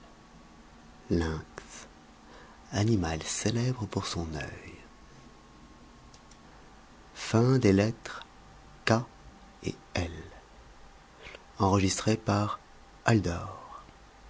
lynx animal célèbre pour son oeil